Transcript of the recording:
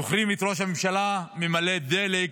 זוכרים את ראש הממשלה ממלא דלק?